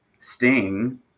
Sting